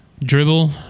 dribble